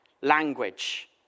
language